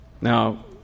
Now